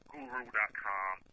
Guru.com